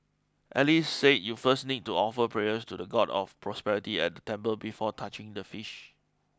Alice said you first need to offer prayers to the God of Prosperity at the temple before touching the fish